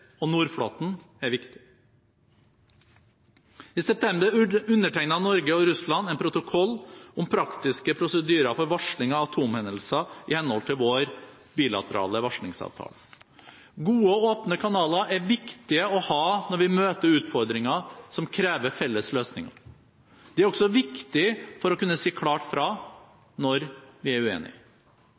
og Nordflåten er viktig. I september undertegnet Norge og Russland en protokoll om praktiske prosedyrer for varsling av atomhendelser i henhold til vår bilaterale varslingsavtale. Gode og åpne kanaler er viktige å ha når vi møter utfordringer som krever felles løsninger. De er også viktige for å kunne si klart fra når vi er uenige.